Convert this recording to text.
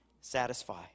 satisfy